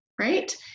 right